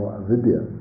avidya